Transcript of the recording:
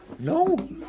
No